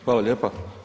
Hvala lijepa.